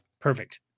Perfect